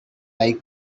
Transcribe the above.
like